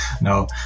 No